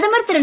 பிரதமர் திரு